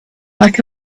like